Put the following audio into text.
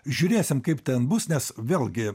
žiūrėsim kaip ten bus nes vėlgi